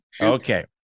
Okay